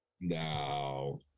No